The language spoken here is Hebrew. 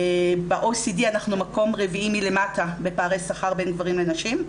ב-OECD אנחנו במקום רביעי מלמטה בפערי השכר בין גברים לנשים.